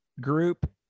group